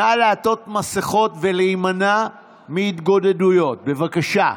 נא לעטות מסכות ולהימנע מהתגודדויות, בבקשה.